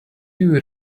you